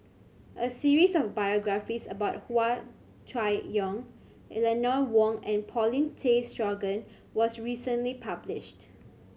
a series of biographies about Hua Chai Yong Eleanor Wong and Paulin Tay Straughan was recently published